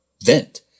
vent